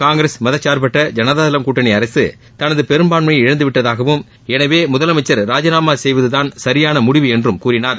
காங்கிரஸ் மதசார்பற்ற தளம் கூட்டணி பெரும்பான்மைய இழந்துவிட்டதாகவும் எனவே முதலமைச்சர் ராஜினாமா செய்வதுதான் சரியான முடிவு என்றும் கூறினார்